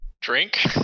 Drink